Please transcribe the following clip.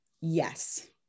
Yes